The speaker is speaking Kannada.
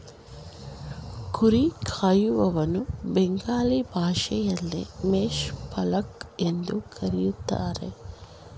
ಕುರಿ ಕಾಯುವನನ್ನ ಬೆಂಗಾಲಿ ಭಾಷೆಯಲ್ಲಿ ಮೇಷ ಪಾಲಕ್ ಎಂದು ಕರಿತಾರೆ